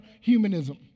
humanism